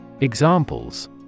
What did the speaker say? Examples